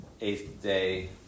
Eighth-day